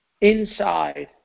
inside